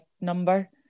number